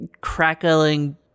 crackling